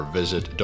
visit